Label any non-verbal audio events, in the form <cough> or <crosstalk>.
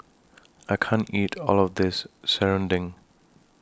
<noise> I can't eat All of This Serunding